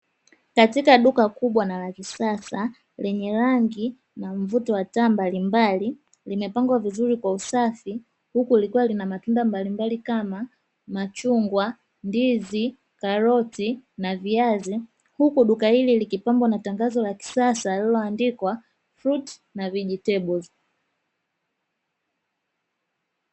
Katika duka kubwa na la kisasalenye rangi na mvuto wa taa mbalimbali. Limepangwa vizuri kwa usafi. Huku lilikuwa na matunda mbalimbali kama machungwa, ndizi, karoti na viazi, huku duka hili likipambwa na tangazo la kisasa lililoandikwa "Fruiti na Vegetables."